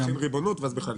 גזבר עיריית חולון, בבקשה.